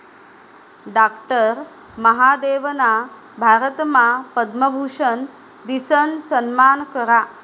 doctor महादेवना भारतमा पद्मभूषन दिसन सम्मान करा